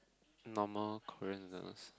normal Korean noodles